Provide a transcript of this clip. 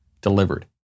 delivered